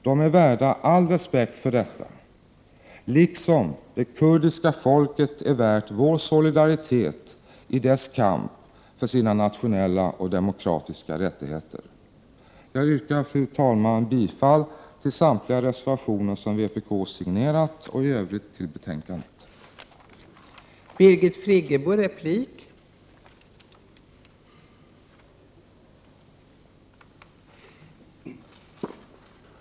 De är värda all respekt för detta, liksom det kurdiska folket är värt vår solidaritet i sin kamp för nationella och demokratiska rättigheter. Jag yrkar bifall till samtliga reservationer som vpk signerat och i övrigt till vad utskottet har anfört.